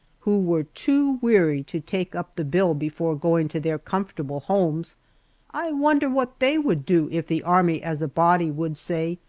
who were too weary to take up the bill before going to their comfortable homes i wonder what they would do if the army as a body would say,